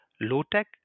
low-tech